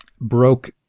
broke